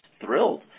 thrilled